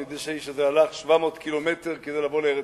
אני יודע שהאיש הזה הלך 700 ק"מ כדי לבוא לארץ-ישראל.